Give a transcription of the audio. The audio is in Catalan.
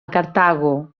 cartago